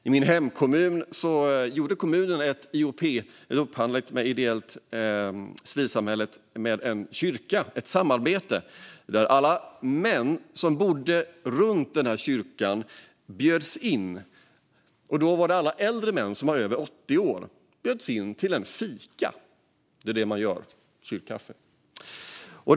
I min hemkommun gjorde kommunen ett IOP - en upphandling med civilsamhället - i ett samarbete med en kyrka. Alla äldre män över 80 år som bodde runt den här kyrkan bjöds in till en fika - på kyrkkaffe.